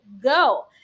go